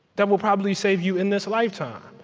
that will probably save you in this lifetime.